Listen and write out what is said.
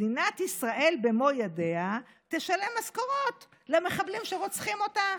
מדינת ישראל במו ידיה תשלם משכורות למחבלים שרוצחים אותה,